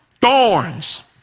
thorns